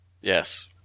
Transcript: Yes